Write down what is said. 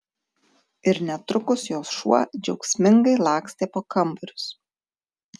ir netrukus jos šuo džiaugsmingai lakstė po kambarius